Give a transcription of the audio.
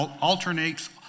alternates